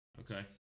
Okay